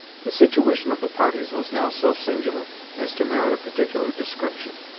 the situation of the parties was now so singular as to merit a particular description.